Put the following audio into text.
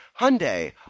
Hyundai